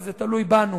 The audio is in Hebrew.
אבל זה תלוי בנו.